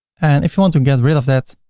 and if you want to get rid of that,